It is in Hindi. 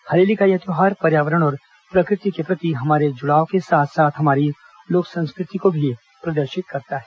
हरेली का यह त्यौहार पर्यावरण और प्रकृति के प्रति हमारे जुड़ाव के साथ साथ हमारी लोक संस्कृति को भी प्रदर्शित करता है